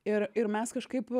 ir ir mes kažkaip